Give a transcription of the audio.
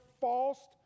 false